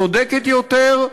צודקת יותר,